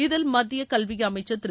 இதில் மத்தியக் கல்வி அமைச்சர் திரு